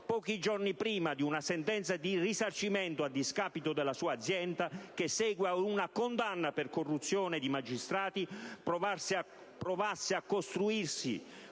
pochi giorni prima di una sentenza di risarcimento a discapito della sua azienda, che segue ad una condanna per corruzione di magistrati, provasse a costruirsi